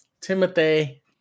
Timothy